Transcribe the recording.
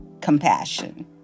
compassion